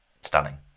stunning